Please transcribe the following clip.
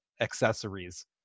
accessories